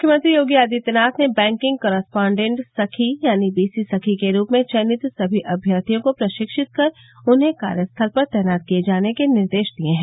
मुख्यमंत्री योगी आदित्यनाथ ने banking correspondent सखी यानी बीसी सखी के रूप में चयनित सभी अम्यर्थियों को प्रशिक्षित कर उन्हें कार्यस्थल पर तैनात किये जाने के निर्देश दिये हैं